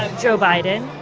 ah joe biden?